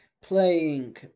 playing